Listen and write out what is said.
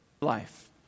life